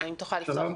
תראו,